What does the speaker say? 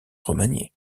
remaniés